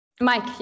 Mike